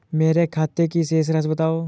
मेरे खाते की शेष राशि बताओ?